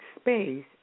space